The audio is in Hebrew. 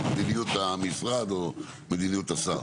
מדיניות המשרד או מדיניות השר.